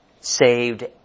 saved